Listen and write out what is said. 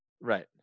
Right